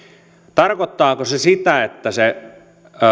tarkoittaako se sitä että